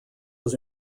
was